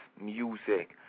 music